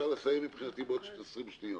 מבחינתי אפשר לסיים בעוד 20 שניות.